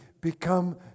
become